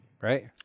Right